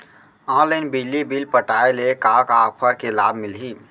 Online बिजली bill पटाय ले का का ऑफ़र के लाभ मिलही?